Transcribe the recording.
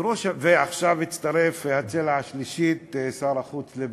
ועכשיו הצטרפה הצלע השלישית, שר החוץ ליברמן.